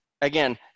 again